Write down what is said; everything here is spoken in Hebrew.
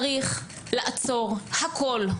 צריך לעצור הכול,